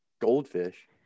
goldfish